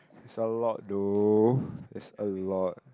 so a lot though it's a lot